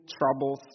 troubles